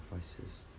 sacrifices